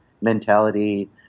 mentality